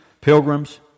pilgrims